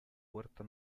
puerto